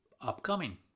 upcoming